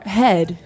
head